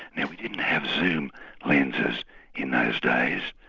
now, we didn't have zoom lenses in those days,